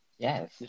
Yes